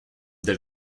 del